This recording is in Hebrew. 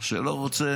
שלא רוצה